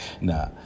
Nah